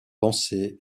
penser